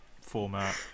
format